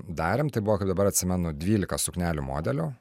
darėm tai buvo kaip dabar atsimenu dvylika suknelių modelių